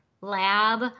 lab